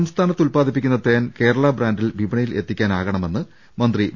സംസ്ഥാനത്ത് ഉൽപ്പാദിപ്പിക്കുന്ന തേൻ കേരളാ ബ്രാന്റിൽ വിപണിയിൽ എത്തിക്കാനാകണമെന്ന് മന്ത്രി വി